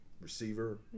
receiver